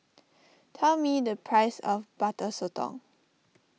tell me the price of Butter Sotong